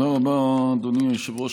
תודה רבה, אדוני היושב-ראש.